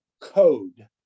code